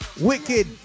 Wicked